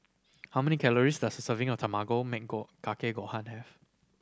how many calories does a serving of Tamago Kake Gohan have